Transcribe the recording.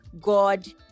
God